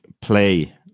play